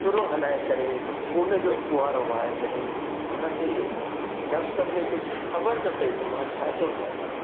छुरो हलाइ करे हिकु खून जो फुहारो वहाए छॾियाईं उन खे नफ़्स में कुझु ख़बर न पई त मां छा थो कयां